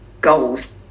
goals